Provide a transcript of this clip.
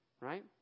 right